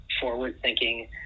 forward-thinking